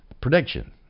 Prediction